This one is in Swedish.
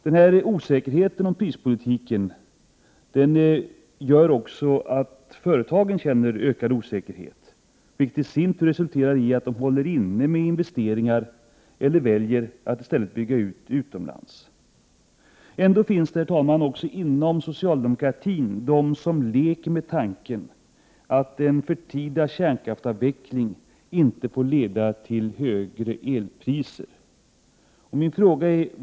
Denna osäkerhet vad gäller prispolitiken gör också att företagen känner ökad osäkerhet, vilket i sin tur resulterar i att de håller inne med investeringar eller väljer att bygga ut utomlands. Herr talman! Det finns ändå inom socialdemokratin de som leker med tanken att en förtida kärnkraftsavveckling inte får leda till högre elpriser.